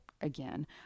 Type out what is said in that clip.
again